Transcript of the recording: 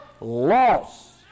loss